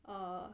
err